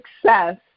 success